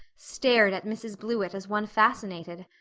stared at mrs blewett as one fascinated.